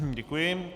Děkuji.